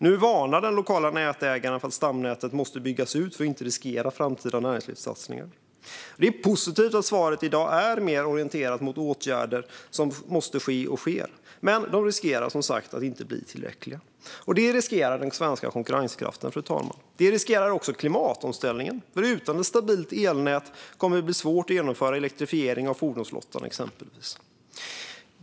Nu varnar den lokala nätägaren för att stamnätet måste byggas ut för att inte riskera framtida näringslivssatsningar. Det är positivt att svaret i dag är mer orienterat mot att åtgärder måste ske och sker. Men de riskerar som sagt att inte bli tillräckliga. Det riskerar den svenska konkurrenskraften, fru talman. Det riskerar också klimatomställningen, för utan ett stabilt elnät kommer det bli svårt att exempelvis genomföra elektrifieringen av fordonsflottan.